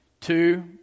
Two